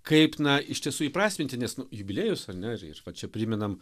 kaip na iš tiesų įprasminti nes nu jubiliejus ar ne ir ir va čia primenam